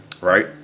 right